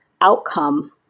outcome